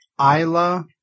Isla